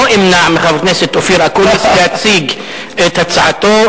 לא אמנע מחבר הכנסת אופיר אקוניס להציג את הצעתו,